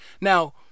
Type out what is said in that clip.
Now